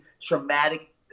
traumatic